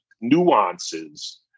nuances